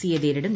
C യെ നേരിടും